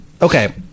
okay